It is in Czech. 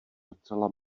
docela